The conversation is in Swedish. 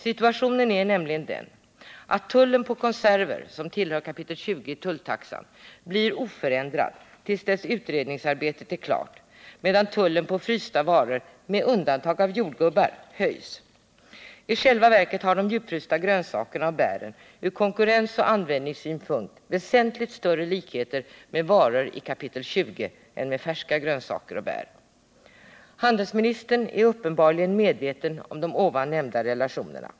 Situationen är nämligen den att tullen på konserver, som regleras i kapitel 20itulltaxan, blir oförändrad till dess utredningsarbetet är klart, medan tullen på frysta varor med undantag för jordgubbar höjs. I själva verket har de djupfrysta grönsakerna och bären ur konkurrensoch användningssynpunkt väsentligt större likheter med varor enligt kapitel 20 än med färska grönsaker. Handelsministern är uppenbarligen medveten om de här nämnda relationerna.